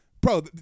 bro